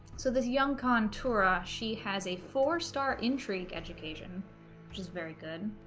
so this young con torah she has a four-star intrigue education which is very good